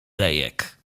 lejek